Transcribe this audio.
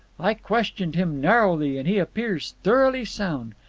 i questioned him narrowly, and he appears thoroughly sound.